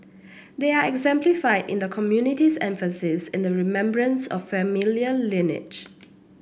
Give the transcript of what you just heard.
they are exemplified in the community's emphasis on the remembrance of familial lineage